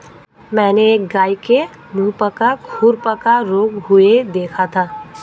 मैंने एक गाय के मुहपका खुरपका रोग हुए देखा था